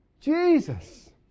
Jesus